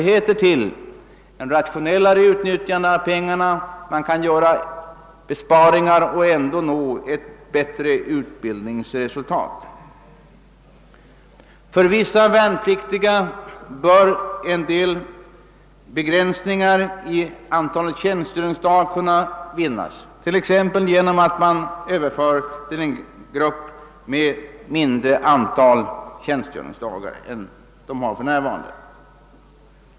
Härigenom kan man göra besparingar och ändå nå ett bättre utbildningsresultat. För vissa värnpliktiga bör begränsningar av antalet tjänstgöringsdagar kunna vinnas, t.ex. genom att man Överför dem till en grupp med kortare tjänstgöring än de för närvarande har.